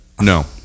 No